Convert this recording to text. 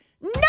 No